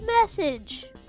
MESSAGE